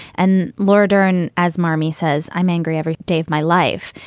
and laura dern, as marmy says, i'm angry every day of my life.